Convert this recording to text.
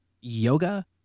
yoga